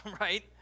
right